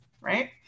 right